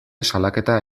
salaketa